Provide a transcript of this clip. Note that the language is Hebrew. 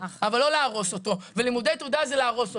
אבל לא להרוס אותו ולימודי תעודה זה להרוס אותו.